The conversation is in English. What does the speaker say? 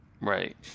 Right